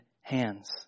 hands